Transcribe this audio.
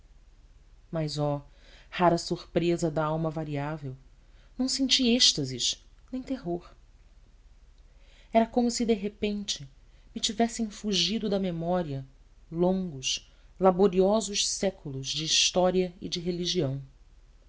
mas oh rara surpresa da alma variável não senti êxtase nem terror era como se de repente me tivessem fugido da memória longos laboriosos séculos de história e de religião